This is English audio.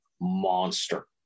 monster